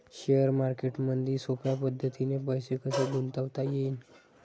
Share मार्केटमधी सोप्या पद्धतीने पैसे कसे गुंतवता येईन?